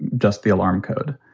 just the alarm code.